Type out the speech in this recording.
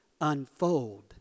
unfold